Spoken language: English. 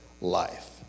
life